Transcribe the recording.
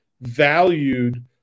valued